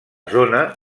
zona